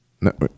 No